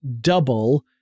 double